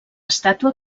estàtua